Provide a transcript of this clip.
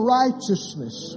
righteousness